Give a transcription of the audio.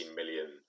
million